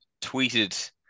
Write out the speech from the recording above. tweeted